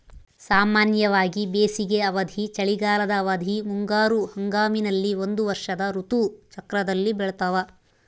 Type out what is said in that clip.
ಸಾಮಾನ್ಯವಾಗಿ ಬೇಸಿಗೆ ಅವಧಿ, ಚಳಿಗಾಲದ ಅವಧಿ, ಮುಂಗಾರು ಹಂಗಾಮಿನಲ್ಲಿ ಒಂದು ವರ್ಷದ ಋತು ಚಕ್ರದಲ್ಲಿ ಬೆಳ್ತಾವ